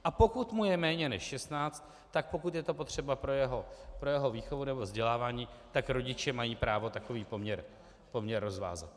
A pokud mu je méně než šestnáct, tak pokud je to potřeba pro jeho výchovu nebo vzdělávání, tak rodiče mají právo takový poměr rozvázat.